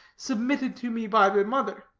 submitted to me by the mother.